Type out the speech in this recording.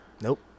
Nope